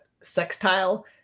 sextile